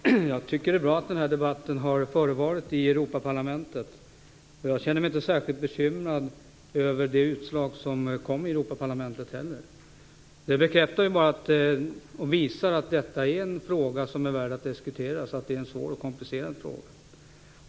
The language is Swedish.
Herr talman! Jag tycker att det är bra att den här debatten har förevarit i Europaparlamentet. Jag känner mig inte heller särskilt bekymrad över det utslag som kom där. Det bekräftar och visar ju bara att detta är en fråga som är värd att diskuteras - en svår och komplicerad fråga.